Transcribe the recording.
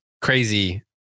crazy